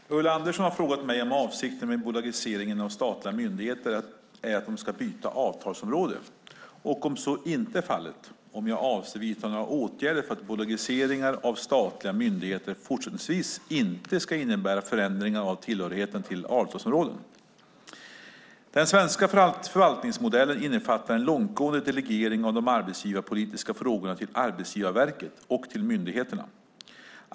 Fru talman! Ulla Andersson har frågat mig om avsikten med bolagiseringen av statliga myndigheter är att de ska byta avtalsområde, och om så inte är fallet, om jag avser att vidta några åtgärder för att bolagiseringar av statliga myndigheter fortsättningsvis inte ska innebära förändringar av tillhörigheten till avtalsområden. Den svenska förvaltningsmodellen innefattar en långtgående delegering av de arbetsgivarpolitiska frågorna till Arbetsgivarverket och till myndigheterna.